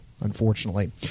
unfortunately